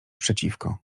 przeciwko